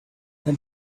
then